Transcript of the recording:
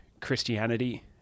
Christianity